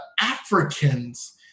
Africans